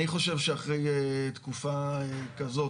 אני חושב שאחרי תקופה כזאת,